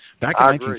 Back